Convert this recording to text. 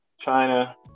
China